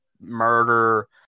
murder